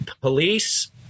police